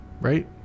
right